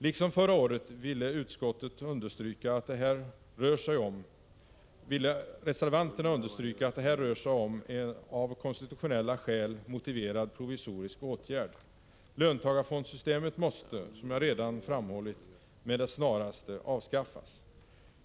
Liksom förra året vill reservanterna även nu understryka att det rör sig om en av konstitutionella skäl motiverad provisorisk åtgärd. Löntagarfondssystemet måste, som jag redan har framhållit. med det snaraste avskaffas.